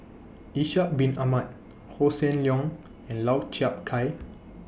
Ishak Bin Ahmad Hossan Leong and Lau Chiap Khai